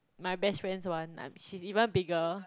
my best friend's one she's even bigger